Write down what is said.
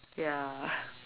ya